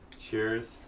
Cheers